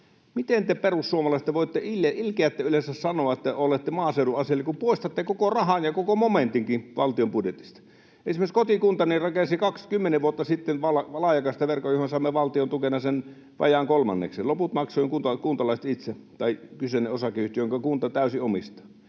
Miten te perussuomalaiset ilkeätte yleensä sanoa, että olette maaseudun asialla, kun poistatte koko rahan ja koko momentinkin valtion budjetista? Esimerkiksi kotikuntani rakensi kymmenen vuotta sitten laajakaistaverkon, johon saimme valtion tukena sen vajaan kolmanneksen. Loput maksoivat kuntalaiset itse, tai kyseinen osakeyhtiö, jonka kunta täysin omistaa.